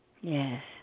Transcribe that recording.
Yes